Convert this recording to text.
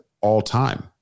all-time